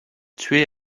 tués